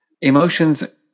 emotions